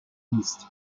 beast